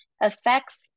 affects